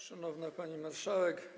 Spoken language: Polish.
Szanowna Pani Marszałek!